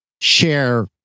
share